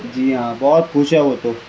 جی ہاں بہت خوش ہے وہ تو